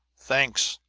thanks,